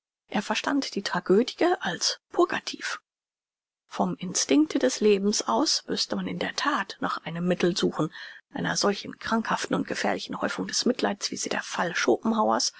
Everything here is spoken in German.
er verstand die tragödie als purgativ vom instinkte des lebens aus müßte man in der that nach einem mittel suchen einer solchen krankhaften und gefährlichen häufung des mitleids wie sie der